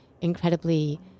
incredibly